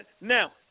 Now